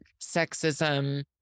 sexism